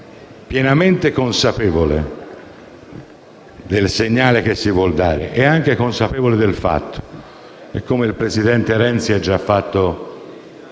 pienamente consapevole del segnale che si vuol dare e anche consapevole del fatto che, come il presidente Renzi ha già fatto